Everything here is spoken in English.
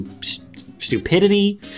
stupidity